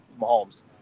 Mahomes